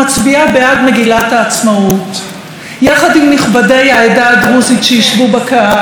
יחד עם נכבדי העדה הדרוזית שישבו בקהל ועם מסר לאזרחי המדינה הערבים